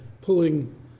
pulling